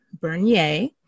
Bernier